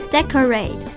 Decorate